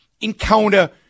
encounter